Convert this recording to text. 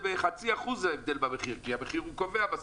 בחצי אחוז כי המחיר בסוף קובע במכרז.